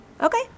Okay